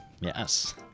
Yes